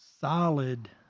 solid